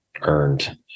earned